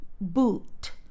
boot